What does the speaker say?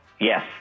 Yes